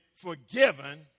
forgiven